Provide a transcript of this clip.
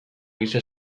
giza